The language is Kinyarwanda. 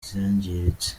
zangiritse